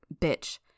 Bitch